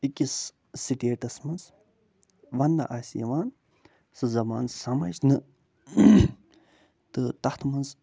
أکِس سِٹیٹس منٛز ونٛنہٕ آسہِ یِوان سُہ زبان سمجھنہٕ تہٕ تتھ منٛز